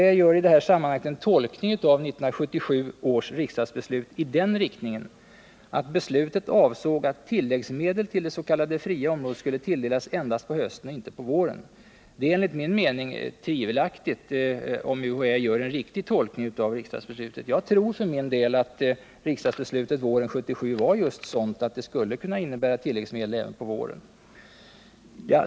UHÄ gör i detta sammanhang en tolkning av 1977 års riksdagsbeslut i den riktningen att beslutet avsåg att tilläggsmedel till det s.k. fria området skulle tilldelas endast på hösten och inte på våren. Det är enligt min mening tvivelaktigt om UHÄ gör en riktig tolkning av riksdagsbeslutet. Jag tror för min del att riksdagsbeslutet våren 1977 var just sådant att det skulle kunna innebära tilläggsmedel även på våren.